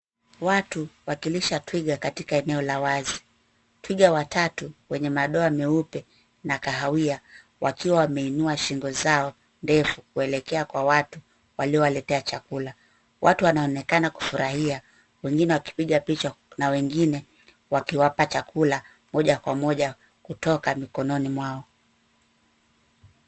Watu wakilisha twiga katika eneo la wazi. Twiga watatu wenye madoa meupe na kahawia wakiwa wameinua shingo zao ndefu kuelekea kwa watu waliowaletea chakula. Watu wanaonekana kufurahia, wengine wakipiga picha na wengine wakiwapa chakula moja kwa moja kutoka mikononi mwao.